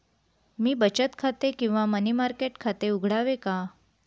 मी बचत खाते किंवा मनी मार्केट खाते उघडावे का?